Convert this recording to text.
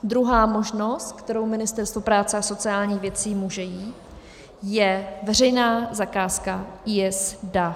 Druhá možnost, kterou Ministerstvo práce a sociálních věcí může jít, je veřejná zakázka IS DAV II.